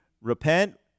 repent